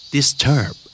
Disturb